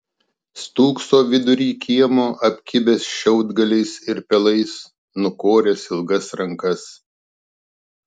stūkso vidury kiemo apkibęs šiaudgaliais ir pelais nukoręs ilgas rankas